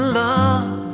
love